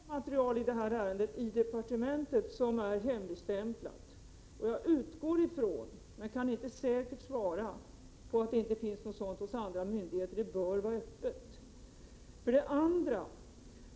Fru talman! I departementet finns inget material i det här ärendet som är hemligstämplat. Jag utgår ifrån — men kan inte säkert säga det — att det inte heller finns något sådant hos andra myndigheter. Det bör vara öppet.